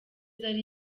zari